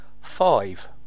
Five